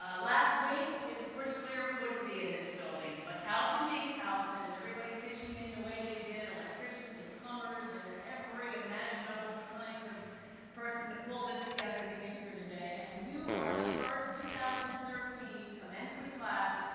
ah last week, it was pretty clear we wouldn't be in this building, but towson, being towson, and everybody pitching in the way they did, electricians and plumbers and every imaginable kind of person to pull this together to be in here today and you are the first, two thousand and thirteen commencement class,